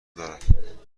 دارم